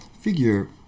figure